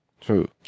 True